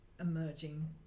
emerging